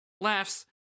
laughs